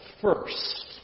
first